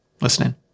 listening